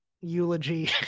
eulogy